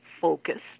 focused